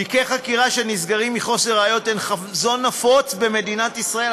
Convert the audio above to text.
תיקי חקירה שנסגרים מחוסר ראיות הם חזון נפוץ במדינת ישראל,